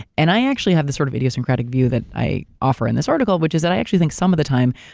and i actually have this sort of idiosyncratic view that i offer in this article, which is that i actually think some of the time,